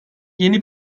yeni